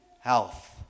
health